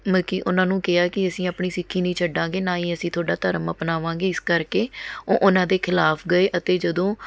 ਮਤਲਬ ਕਿ ਉਨ੍ਹਾਂ ਨੂੰ ਕਿਹਾ ਕਿ ਅਸੀਂ ਆਪਣੀ ਸਿੱਖੀ ਨਹੀਂ ਛੱਡਾਂਗੇ ਨਾ ਹੀ ਅਸੀਂ ਤੁਹਾਡਾ ਧਰਮ ਅਪਣਾਵਾਂਗੇ ਇਸ ਕਰਕੇ ਉਹ ਉਨ੍ਹਾਂ ਦੇ ਖਿਲਾਫ ਗਏ ਅਤੇ ਜਦੋਂ